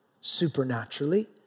supernaturally